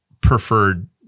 preferred